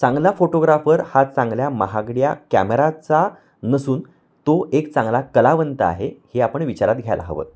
चांगला फोटोग्राफर हा चांगल्या महागड्या कॅमेराचा नसून तो एक चांगला कलावंत आहे हे आपण विचारात घ्यायला हवं